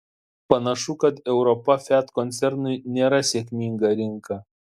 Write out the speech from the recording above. panašu kad europa fiat koncernui nėra sėkminga rinka